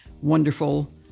wonderful